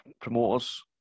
promoters